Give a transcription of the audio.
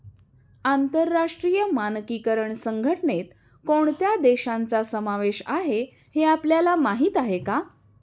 आंतरराष्ट्रीय मानकीकरण संघटनेत कोणत्या देशांचा समावेश आहे हे आपल्याला माहीत आहे का?